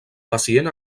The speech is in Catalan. pacient